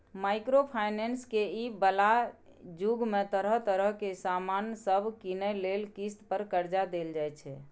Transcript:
micro finance के इ बला जुग में तरह तरह के सामान सब कीनइ लेल किस्त पर कर्जा देल जाइ छै